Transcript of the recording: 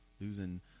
losing